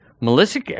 Melissa